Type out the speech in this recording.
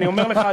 אני אומר לך,